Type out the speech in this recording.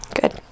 good